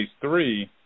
three